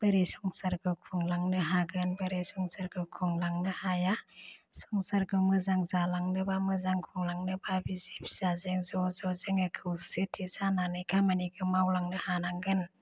बोरै संसारखौ खुंलांनो हागोन बोरै संसारखौ खुंलांनो हाया संसारखौ मोजां जालांनोबा मोजां खुंलांनोबा बिसि फिसाजों ज ज जोङो खौसेथि जानानै खामानिखौ मावलांनो हानांगोन